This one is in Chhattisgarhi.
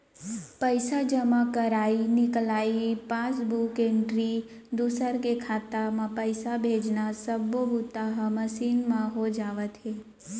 पइसा जमा करई, निकलई, पासबूक एंटरी, दूसर के खाता म पइसा भेजना सब्बो बूता ह मसीन म हो जावत हे